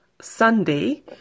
Sunday